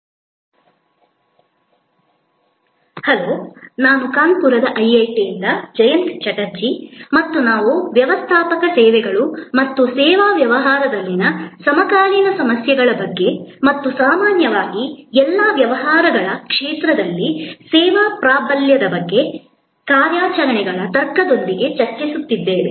ಸೇವಾ ನಿರ್ವಹಣೆ ಅಂಶಗಳು ಹಲೋ ನಾನು ಕಾನ್ಪುರದ ಐಐಟಿಯಿಂದ ಜಯಂತ ಚಟರ್ಜಿ ಮತ್ತು ನಾವು ವ್ಯವಸ್ಥಾಪಕ ಸೇವೆಗಳು ಮತ್ತು ಸೇವಾ ವ್ಯವಹಾರದಲ್ಲಿನ ಸಮಕಾಲೀನ ಸಮಸ್ಯೆಗಳ ಬಗ್ಗೆ ಮತ್ತು ಸಾಮಾನ್ಯವಾಗಿ ಎಲ್ಲಾ ವ್ಯವಹಾರಗಳ ಕ್ಷೇತ್ರದಲ್ಲಿ ಸೇವಾ ಪ್ರಾಬಲ್ಯದ ಕಾರ್ಯಾಚರಣೆಗಳ ತರ್ಕದೊಂದಿಗೆ ಚರ್ಚಿಸುತ್ತಿದ್ದೇವೆ